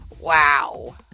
Wow